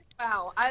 Wow